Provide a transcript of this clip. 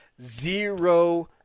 Zero